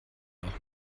auch